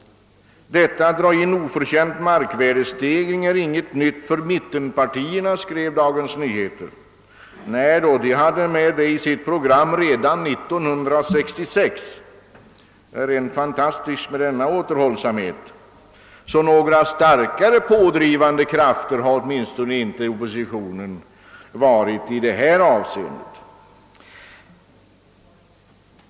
Detta att dra in oförtjänt markvärdestegring är ingenting nytt för mittenpartierna, skrev Dagens Nyheter. Nej, de hade det med i sitt program redan år 1966. Det är rent fantastiskt med denna återhållsamhet! Någon starkare pådrivande kraft har oppositionen inte varit i detta avseende.